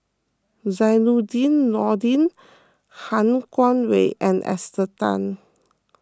Zainudin Nordin Han Guangwei and Esther Tan